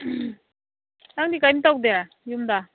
ꯅꯪꯗꯤ ꯀꯔꯤꯝ ꯇꯧꯗꯦ ꯌꯨꯝꯗ